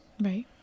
Right